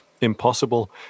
impossible